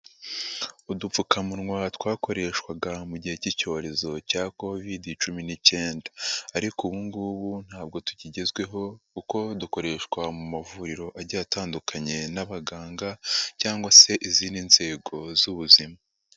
Udupfukamunwa twakoreshwaga mu gihe cy'icyorezo cya covid cumi n'ikenda ariko ubu ngubu ntabwo tukigezweho kuko dukoreshwa mu mavuriro agiye atandukanye n'abaganga cyangwa se izindi nzego z'ubuzima.